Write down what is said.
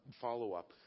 follow-up